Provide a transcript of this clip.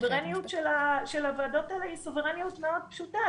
הסוברניות של הוועדות האלה היא סוברניות מאוד פשוטה,